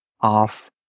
off